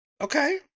Okay